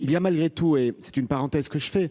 Il y a malgré tout et c'est une parenthèse que je fais